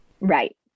Right